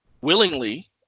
willingly